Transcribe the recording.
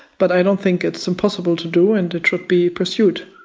but i don't think it's impossible to do, and it should be pursued.